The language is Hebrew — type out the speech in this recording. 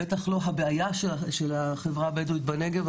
בטח לא הבעיה של החברה הבדואית בנגב,